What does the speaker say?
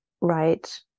right